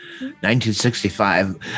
1965